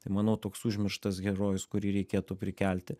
tai manau toks užmirštas herojus kurį reikėtų prikelti